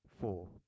four